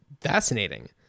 fascinating